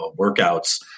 workouts